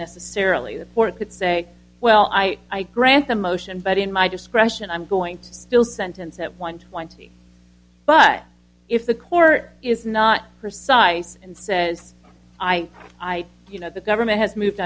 necessarily the four could say well i grant the motion but in my discretion i'm going to still sentence at one twenty but if the court is not precise and says i i you know the government has moved